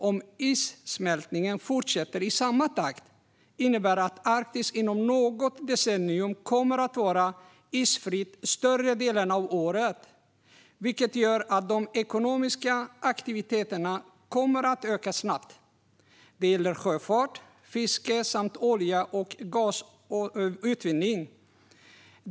Om issmältningen fortsätter i samma takt innebär det att Arktis inom något decennium kommer att vara isfritt större delen av året, vilket gör att de ekonomiska aktiviteterna kommer att öka snabbt. Det gäller sjöfart, fiske samt olje och gasutvinning.